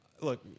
Look